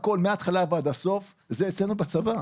הכול מהתחלה ועד הסוף זה אצלנו בצבא.